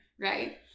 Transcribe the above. right